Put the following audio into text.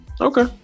Okay